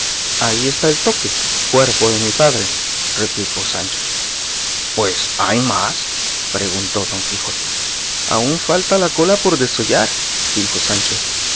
ahí está el toque cuerpo de mi padre replicó sancho pues hay más preguntó don quijote aún la cola falta por desollar dijo sancho